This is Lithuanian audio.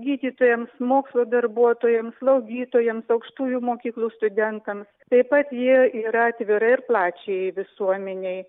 gydytojams mokslo darbuotojams slaugytojams aukštųjų mokyklų studentams taip pat ji yra atvira ir plačiajai visuomenei